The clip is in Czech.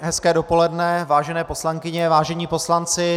Hezké dopoledne, vážené poslankyně, vážení poslanci.